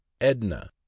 Edna